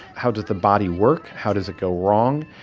how does the body work, how does it go wrong,